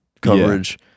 coverage